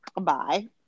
Bye